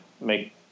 make